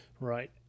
right